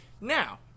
Now